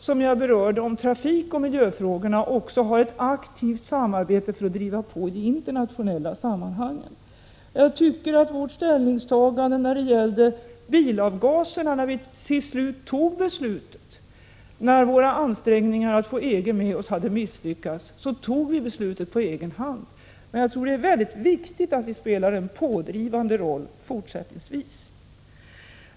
Som jag nämnt, driver vi också på i de internationella sammanhangen när det gäller trafikoch miljöfrågorna. I fråga om bilavgaserna fattade vi beslut på egen hand, när våra ansträngningar att få EG med oss hade misslyckats, men jag tror att det är väldigt viktigt att vi spelar en pådrivande roll fortsättningsvis.